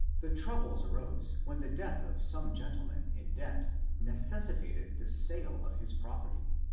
the troubles arose when the death of some gentleman in debt necessitated the sale of his property.